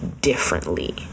differently